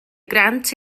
grant